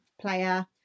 player